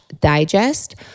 digest